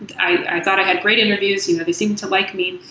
and i thought i had great interviews. they seemed to like me.